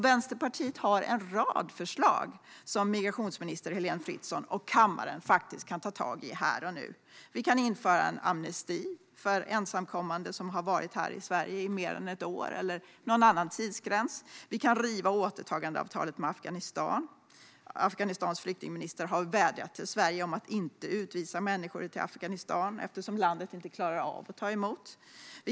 Vänsterpartiet har en rad förslag som migrationsminister Heléne Fritzon och kammaren kan ta tag i här och nu. Vi kan införa en amnesti för ensamkommande som har varit här i Sverige i mer än ett år eller någon annan tidsgräns. Vi kan riva återtagandeavtalet med Afghanistan. Landets flyktingminister har vädjat till Sverige om att inte utvisa människor dit eftersom man inte klarar av att ta emot dem.